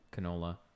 canola